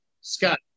Scott